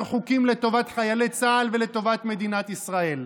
חוקים לטובת חיילי צה"ל ולטובת מדינת ישראל.